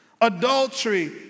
adultery